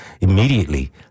immediately